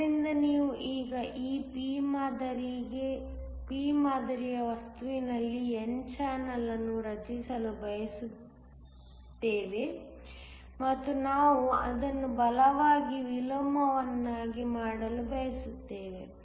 ಆದ್ದರಿಂದ ನಾವು ಈಗ ಈ p ಮಾದರಿಯ ವಸ್ತುವಿನಲ್ಲಿ n ಚಾನೆಲ್ ಅನ್ನು ರಚಿಸಲು ಬಯಸುತ್ತೇವೆ ಮತ್ತು ನಾವು ಅದನ್ನು ಬಲವಾದ ವಿಲೋಮವನ್ನಾಗಿ ಮಾಡಲು ಬಯಸುತ್ತೇವೆ